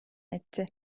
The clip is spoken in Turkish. etti